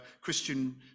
Christian